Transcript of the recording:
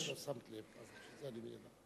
אז אם לא שמת לב, אני אומר לך.